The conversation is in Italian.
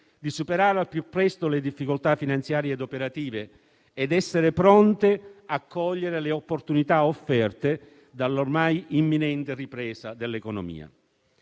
di superare al più presto le difficoltà finanziarie e operative ed essere pronte a cogliere le opportunità offerte dalla ormai imminente ripresa dell'economia.